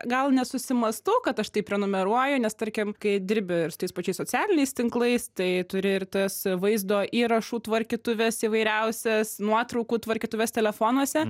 gal nesusimąstau kad aš tai prenumeruoju nes tarkim kai dirbi ir su tais pačiais socialiniais tinklais tai turi ir tas vaizdo įrašų tvarkytuvės įvairiausias nuotraukų tvarkytuves telefonuose